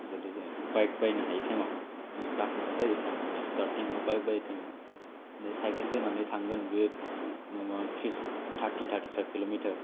गोदो जों बाइक बायनो हायि टाइमाव जाफुंसार जायै टाइमाव माने स्टारटिंआव बाइक बायदोंमोन साइकेल लानानै थाङोमोन बियो ट्रिस थार्टि थार्टिफाइफ किल'मिटार